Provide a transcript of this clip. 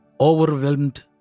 Overwhelmed